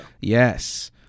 yes